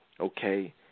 Okay